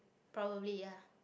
probably ya